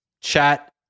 chat